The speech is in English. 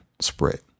spread